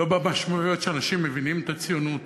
לא במשמעויות שאנשים מבינים את הציונות,